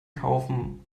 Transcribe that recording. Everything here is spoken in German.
kaufen